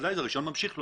הרישיון ממשיך לא.